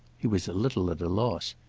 he was a little at a loss.